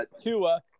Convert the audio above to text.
Tua